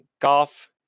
golf